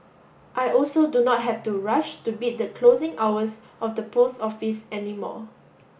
I also do not have to rush to beat the closing hours of the post office any more